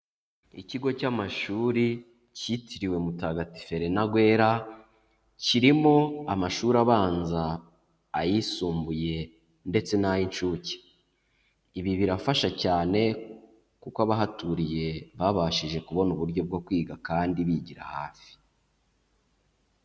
Ikigo cy'amashuri cyitiriwe mutagatifu Elena Guerra, kirimo amashuri abanza, ayisumbuye ndetse n'ay'incuke. Ibi birafasha cyane, kuko abahaturiye babashije kubona uburyo bwo kwiga kandi bigira hafi.